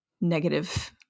negative